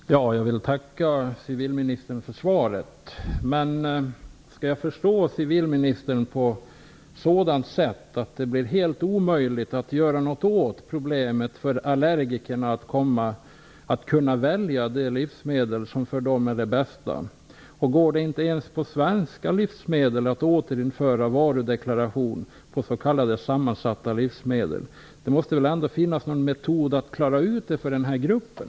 Fru talman! Jag vill tacka civilministern för svaret. Skall jag förstå civilministern så att det blir helt omöjligt att göra något för att allergikerna skall kunna välja det livsmedel som är bäst för dem? Går det inte ens att återinföra varudeklaration på svenska s.k. sammansatta livsmedel? Det måste väl ändå finnas en metod att hjälpa den här gruppen?